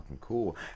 cool